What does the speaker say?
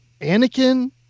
Anakin